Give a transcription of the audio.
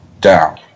down